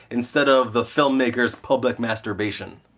instead of the filmmaker's public masturbation.